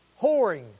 whoring